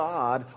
God